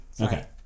Okay